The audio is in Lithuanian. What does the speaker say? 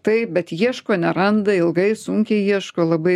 taip bet ieško neranda ilgai sunkiai ieško labai